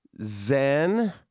Zen